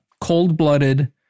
cold-blooded